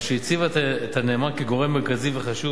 מה שהציב את הנאמן כגורם מרכזי וחשוב